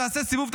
תעשה סיבוב,